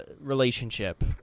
relationship